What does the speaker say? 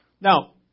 Now